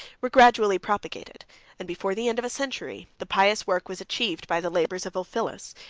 were gradually propagated and before the end of a century, the pious work was achieved by the labors of ulphilas,